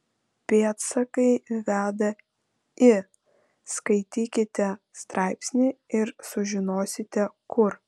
pėdsakai veda į skaitykite straipsnį ir sužinosite kur